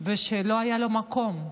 שלא היה לו מקום.